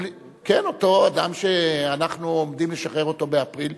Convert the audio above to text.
כן, אותו אדם שאנחנו עומדים לשחרר באפריל,